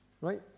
right